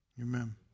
Amen